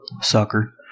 Sucker